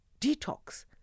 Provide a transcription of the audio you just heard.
detox